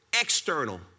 external